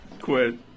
quit